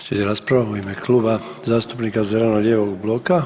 Slijedi rasprava u ime Kluba zastupnika zeleno-lijevog bloka.